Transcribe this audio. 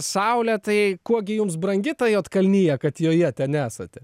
saulė tai kuo gi jums brangi ta juodkalnija kad joje nesate